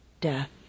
death